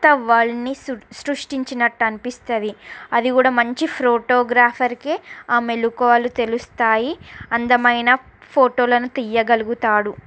కొత్త వరల్డ్ని సు సృష్టించినట్లు అనిపిస్తుంది అది కూడా మంచి ఫోటోగ్రాఫర్కే ఆ మెళుకువలు తెలుస్తాయి అందమైన ఫోటోలను తియ్యగలుగుతాడు